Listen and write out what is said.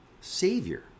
Savior